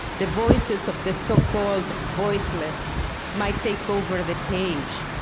the voices of the so-called voiceless may take over the page.